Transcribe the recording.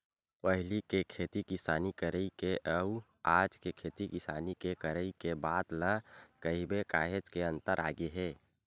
पहिली के खेती किसानी करई के अउ आज के खेती किसानी के करई के बात ल कहिबे काहेच के अंतर आगे हे